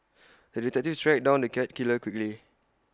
the detective tracked down the cat killer quickly